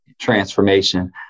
transformation